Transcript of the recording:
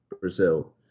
Brazil